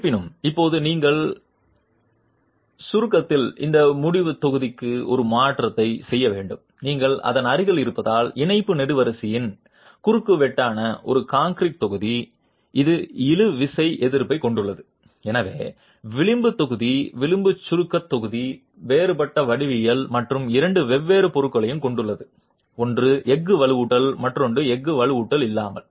இருப்பினும் இப்போது நீங்கள் சுருக்கத்தில் இந்த முடிவுத் தொகுதிக்கு ஒரு மாற்றத்தை செய்ய வேண்டும் நீங்கள் அதன் அருகில் இருப்பதால் இணைப்பு நெடுவரிசையின் குறுக்குவெட்டான ஒரு கான்கிரீட் தொகுதி இது இழுவிசை எதிர்ப்பைக் கொண்டுள்ளது எனவே விளிம்பு தொகுதி விளிம்பு சுருக்கத் தொகுதி வேறுபட்ட வடிவியல் மற்றும் இரண்டு வெவ்வேறு பொருட்களையும் கொண்டுள்ளது ஒன்று எஃகு வலுவூட்டல் மற்றொன்று எஃகு வலுவூட்டல் இல்லாமல்